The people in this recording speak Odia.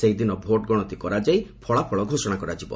ସେହିଦିନ ଭୋଟ୍ଗଣତି କରାଯାଇ ଫଳାଫଳ ଘୋଷଣା କରାଯିବ